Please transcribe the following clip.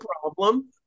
problem